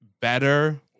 better